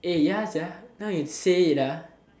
eh ya sia now you say it ah